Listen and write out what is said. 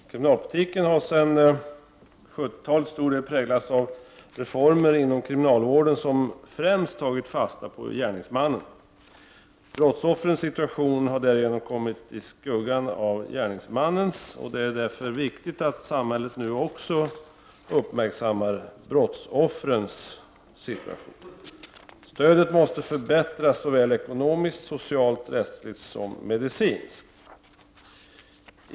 Herr talman! Kriminalpolitiken har sedan 70-talet till stor del präglats av reformer inom kriminalvården som främst tagit fasta på gärningsmannen. Brottsoffrens situation har därigenom kommit i skuggan av gärningsmannens, och det är därför viktigt att samhället nu också uppmärksammar brottsoffrens situation. Stödet måste förbättras såväl ekonomiskt som socialt, rättsligt och medicinskt.